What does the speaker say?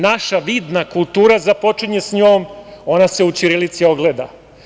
Naša vidna kultura započinje s njom, ona se u ćirilici ogleda.